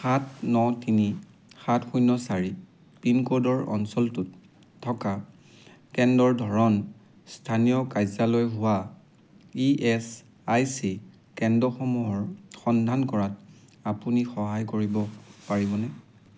সাত ন তিনি সাত শূন্য চাৰি পিনক'ডৰ অঞ্চলটোত থকা কেন্দ্ৰৰ ধৰণ স্থানীয় কাৰ্যালয় হোৱা ই এচ আই চি কেন্দ্ৰসমূহৰ সন্ধান কৰাত আপুনি সহায় কৰিব পাৰিবনে